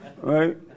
right